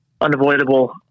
unavoidable